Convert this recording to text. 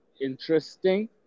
interesting